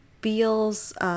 feels